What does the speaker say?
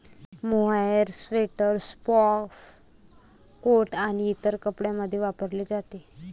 mohair sweater, scarf, coat आणि इतर कपड्यांमध्ये वापरले जाते